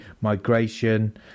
migration